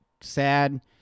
sad